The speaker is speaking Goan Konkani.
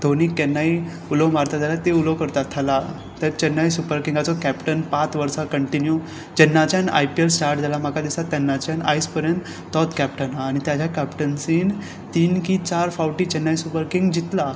धोनीक केन्नाय उलो मारता जाल्यार ते उलो करता थला ते चेन्नय सुपर किंग्साचो कॅपटन पांच वर्सां कंनटिन्यू जेन्नाच्यान आय पी एल स्टार्ट जाल्या म्हाका दिसता तेन्नाच्यान आयज पर्यंत तोच कॅपटन आसा ताज्या कॅप्टनसिन तीन काय चार फावटी चेन्नय सुपर किग्स जितला